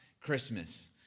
Christmas